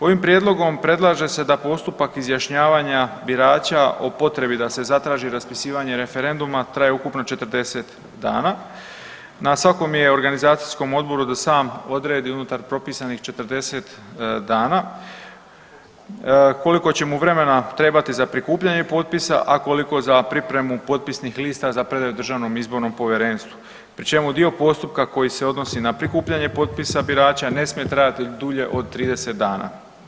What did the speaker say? Ovim Prijedlogom predlaže se da postupak izjašnjavanja birača o potrebi da se zatraži raspisivanje referenduma traje ukupno 40 dana, na svakom je organizacijskom odboru da sam odredi unutar propisanih 40 dana, koliko će mu vremena trebati za prikupljanje potpisa, a koliko za pripremu potpisnih lista za predaju DIP-u, pri čemu dio postupka koji se odnosi na prikupljanje potpisa birača, ne smije trajati dulje od 30 dana.